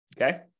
Okay